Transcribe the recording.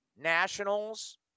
Nationals